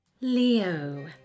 Leo